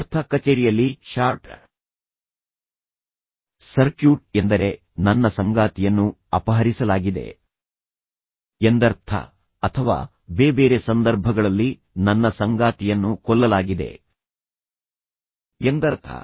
ಇದರರ್ಥ ಕಚೇರಿಯಲ್ಲಿ short circuit ಎಂದರೆ ನನ್ನ ಸಂಗಾತಿಯನ್ನು ಅಪಹರಿಸಲಾಗಿದೆ ಎಂದರ್ಥ ಅಥವಾ ಬೇರೆ ಬೇರೆ ಸಂದರ್ಭಗಳಲ್ಲಿ ನನ್ನ ಸಂಗಾತಿಯನ್ನು ಕೊಲ್ಲಲಾಗಿದೆ ಎಂದರ್ಥ